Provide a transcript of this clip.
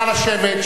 נא לשבת,